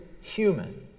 human